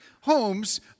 homes